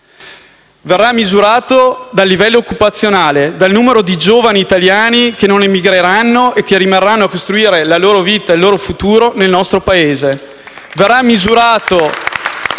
Verrà misurata dal livello occupazionale, dal numero di giovani italiani che non emigreranno e che rimarranno a costruire la loro vita e il loro futuro nel nostro Paese. *(Applausi